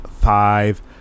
five